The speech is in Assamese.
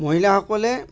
মহিলাসকলে